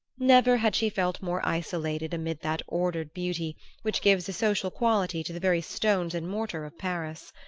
never had she felt more isolated amid that ordered beauty which gives a social quality to the very stones and mortar of paris.